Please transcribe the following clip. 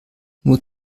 nur